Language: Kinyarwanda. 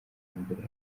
mbere